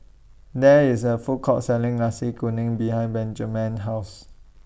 There IS A Food Court Selling Nasi Kuning behind Benjiman's House